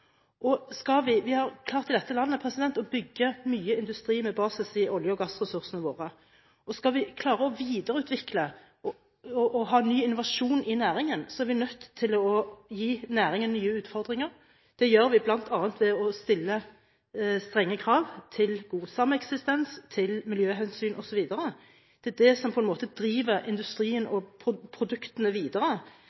I dette landet har vi klart å bygge mye industri med basis i olje- og gassressursene våre. Skal vi klare å videreutvikle og ha ny innovasjon i næringen, er vi nødt til å gi næringen nye utfordringer. Det gjør vi bl.a. ved å stille strenge krav til god sameksistens, miljøhensyn osv. Det er det som på en måte driver industrien